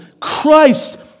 Christ